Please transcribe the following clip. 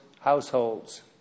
households